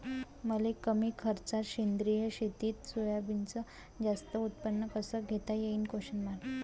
मले कमी खर्चात सेंद्रीय शेतीत मोसंबीचं जास्त उत्पन्न कस घेता येईन?